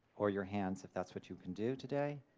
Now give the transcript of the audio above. or your hands if that's what you can do today,